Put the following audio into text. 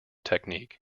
technique